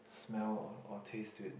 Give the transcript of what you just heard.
smell or taste to it